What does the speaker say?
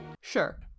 Sure